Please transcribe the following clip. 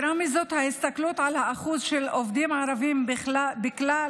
ההסתכלות על האחוז של עובדים ערבים בכלל